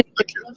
thank you.